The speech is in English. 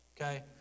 Okay